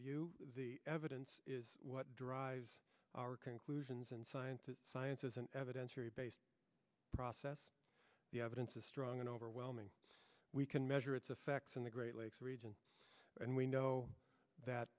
view the evidence is what drives our conclusions and science is science as an evidentiary based process the evidence is strong and overwhelming we can measure its effects in the great lakes region and we know that